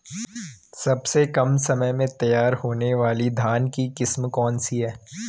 सबसे कम समय में तैयार होने वाली धान की किस्म कौन सी है?